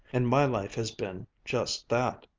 and my life has been just that.